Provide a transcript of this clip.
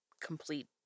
complete